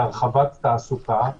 להרחבת תעסוקה והבראה,